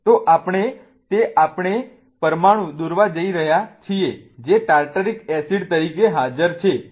તો આપણે તે પરમાણુ દોરવા જઈ રહ્યા છીએ જે ટાર્ટરિક એસિડ તરીકે હાજર છે